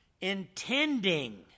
intending